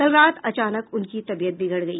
कल रात अचानक उनकी तबीयत बिगड़ गई